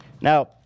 Now